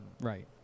right